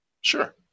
Sure